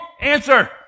answer